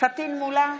פטין מולא,